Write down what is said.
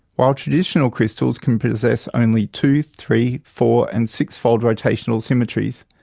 while traditional crystals can possess only two, three, four, and six-fold rotational symmetries,